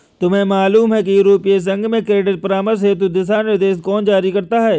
तुम्हें मालूम है कि यूरोपीय संघ में क्रेडिट परामर्श हेतु दिशानिर्देश कौन जारी करता है?